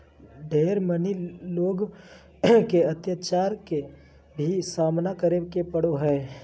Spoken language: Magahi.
ढेर मनी लोग के अत्याचार के भी सामना करे पड़ो हय